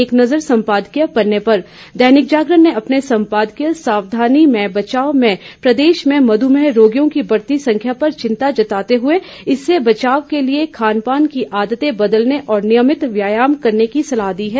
एक नज़र सम्पादकीय पन्ने पर दैनिक जागरण ने अपने संपादकीय सावधानी में बचाव में प्रदेश में मधुमेह रोगियों की बढ़ती संख्या पर चिंता जताते हुए इससे बचाव के लिए खानपान की आदतें बदलने और नियमित व्यायाम करने की सलाह दी है